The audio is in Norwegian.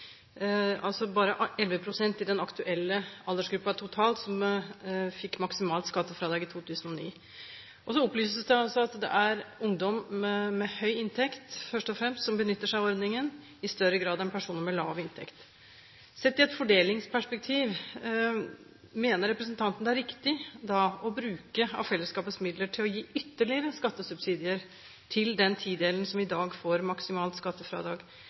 altså bare 11 pst. totalt i den aktuelle aldersgruppen som fikk maksimalt skattefradrag i 2009. Så opplyses det at det først og fremst er ungdom med høy inntekt som benytter seg av ordningen, i større grad enn personer med lav inntekt. Mener representanten da det er riktig – sett i et fordelingsperspektiv – å bruke av fellesskapets midler til å gi ytterligere skattesubsidier til den tidelen som i dag får maksimalt skattefradrag?